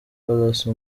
palace